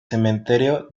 cementerio